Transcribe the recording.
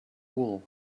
wool